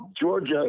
Georgia